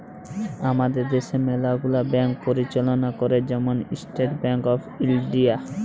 আমাদের দ্যাশে ম্যালা গুলা ব্যাংক পরিচাললা ক্যরে, যেমল ইস্টেট ব্যাংক অফ ইলডিয়া